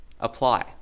apply